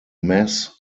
mess